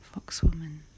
Foxwoman